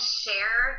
share